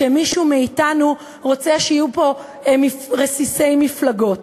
שמישהו מאתנו רוצה שיהיו פה רסיסי מפלגות.